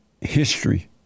history